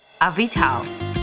Avital